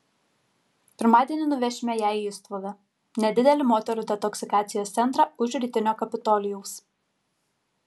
pirmadienį nuvešime ją į istvudą nedidelį moterų detoksikacijos centrą už rytinio kapitolijaus